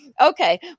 Okay